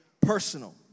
personal